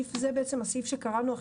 הסעיף שקראנו,